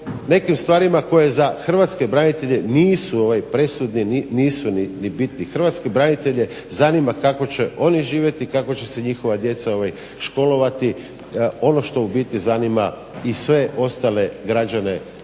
nekim stvarima koje za hrvatske branitelje nisu presudni, nisu ni bitni. Hrvatske branitelje zanima kako će oni živjeti i kako će njihova djeca školovati, ono što u biti zanima i sve ostale građane